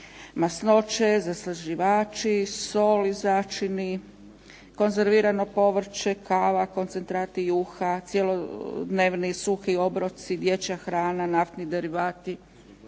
masnoće, zaslađivači, sol i začini, konzervirano povrće, kava, koncentrati juha, cjelodnevni suhi obroci, dječja hrana, naftni derivati,